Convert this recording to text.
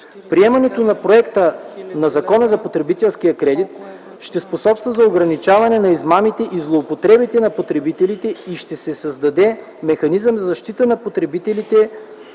Приемането на Законопроекта за потребителския кредит ще способства за ограничаване на измамите и злоупотребите на потребителите и ще се създаде механизъм за защита на потребителите